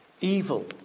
evil